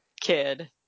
kid –